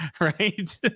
right